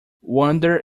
wonder